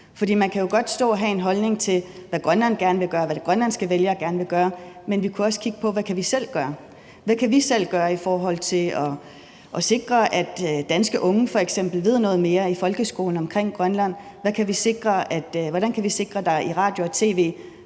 Grønland gerne vil gøre, hvad de grønlandske vælgere gerne vil gøre, men vi kunne også kigge på, hvad vi selv kan gøre. Hvad kan vi selv gøre for til at sikre, at danske unge f.eks. lærer noget mere i folkeskolen om Grønland, og hvordan kan vi sikre, at der bliver noget